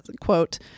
quote